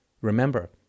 Remember